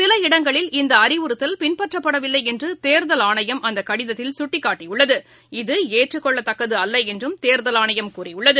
சில இடங்களில் இந்த அறிவுறுத்தல் பின்பற்றப்படவில்லை என்று தேர்தல் ஆணையம் அந்தக் கடிதத்தில் சுட்டிக்காட்டியுள்ளது இது ஏற்றுக்கொள்ளத்தக்கது அல்ல என்றும் தேர்தல் ஆணையம் கூறியுள்ளது